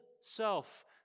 self